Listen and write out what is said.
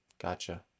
gotcha